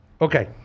Okay